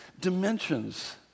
dimensions